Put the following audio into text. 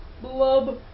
Blub